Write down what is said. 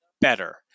better